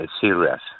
serious